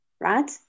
right